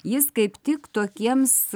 jis kaip tik tokiems